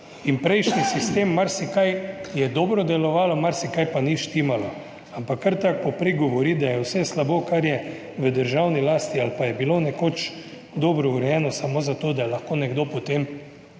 in prejšnji sistem, marsikaj je dobro delovalo, marsikaj pa ni štimalo, ampak kar tako povprek govoriti, da je vse slabo, kar je v državni lasti ali pa je bilo nekoč dobro urejeno, samo zato, da je lahko nekdo potem